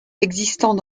existant